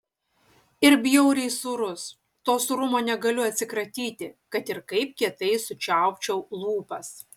ir bjauriai sūrus to sūrumo negaliu atsikratyti kad ir kaip kietai sučiaupčiau lūpas